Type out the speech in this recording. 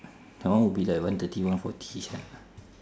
that one would be like one thirty one forty ah